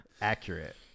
Accurate